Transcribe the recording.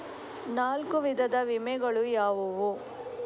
ನಾಲ್ಕು ವಿಧದ ವಿಮೆಗಳು ಯಾವುವು?